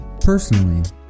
Personally